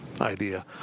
idea